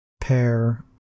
pair